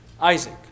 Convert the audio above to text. Isaac